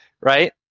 right